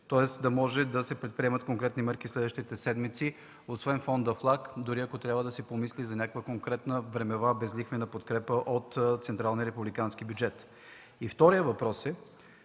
Тоест да може да се предприемат конкретни мерки следващите седмици, освен Фондът ФЛАГ, дори ако трябва да се помисли и за някаква конкретна времева безлихвена подкрепа от централния републикански бюджет. Вторият въпрос –